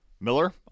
Miller